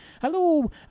Hello